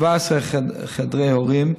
17 חדרי הורים,